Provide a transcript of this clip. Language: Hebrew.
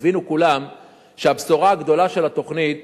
יבינו כולם שהבשורה הגדולה של התוכנית